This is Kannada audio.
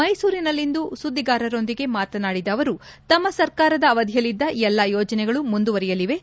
ಮೈಸೂರಿನಲ್ಲಿಂದು ಸುದ್ದಿಗಾರರೊಂದಿಗೆ ಮಾತನಾಡಿದ ಅವರು ತಮ್ಮ ಸರ್ಕಾರದ ಅವಧಿಯಲ್ಲಿದ್ದ ಎಲ್ಲಾ ಯೋಜನೆಗಳು ಮುಂದುವರೆಯಲಿವೆ